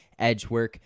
Edgework